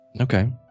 Okay